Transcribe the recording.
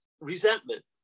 resentment